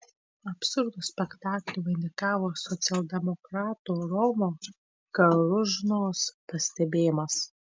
absurdo spektaklį vainikavo socialdemokrato romo karūžnos pastebėjimas